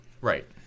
Right